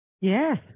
Yes